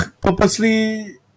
purposely